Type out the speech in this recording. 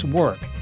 work